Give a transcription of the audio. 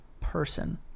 person